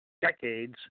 decades